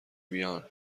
بیان